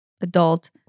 adult